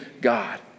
God